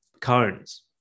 cones